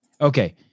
Okay